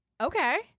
okay